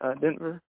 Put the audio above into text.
Denver